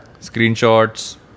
screenshots